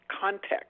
context